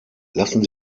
lassen